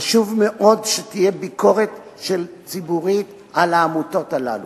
חשוב מאוד שתהיה ביקורת ציבורית על העמותות הללו.